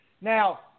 Now